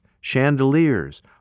chandeliers